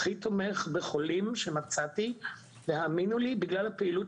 הכי תומך בחולים שמצאתי והאמינו לי בגלל הפעילות